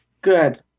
Good